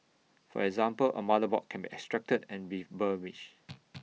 for example A motherboard can be extracted and refurbished